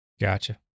Gotcha